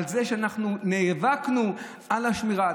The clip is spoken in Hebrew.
שאנחנו נאבקנו על השמירה.